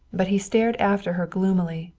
but he stared after her gloomily,